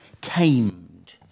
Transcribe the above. tamed